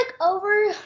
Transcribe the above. over